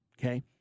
okay